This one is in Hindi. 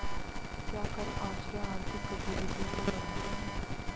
क्या कर आश्रय आर्थिक गतिविधियों को बढ़ाता है?